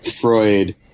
Freud